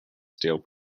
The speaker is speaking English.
steel